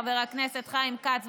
חבר הכנסת חיים כץ,